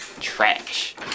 Trash